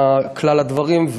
מה כלל הדברים,